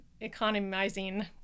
economizing